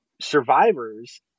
survivors